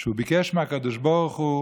הוא ביקש מהקדוש ברוך הוא: